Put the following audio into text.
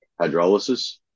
Hydrolysis